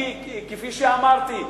כי כפי שאמרתי,